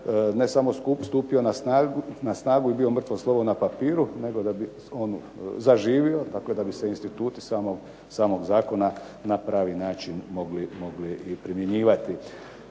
ne samo stupio na snagu i bio mrtvo slovo na papiru, nego da bi on zaživio, dakle da bi se instituti samog zakona na pravi način mogli i primjenjivati.